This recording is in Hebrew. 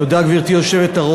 תודה, גברתי היושבת-ראש.